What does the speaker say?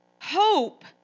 Hope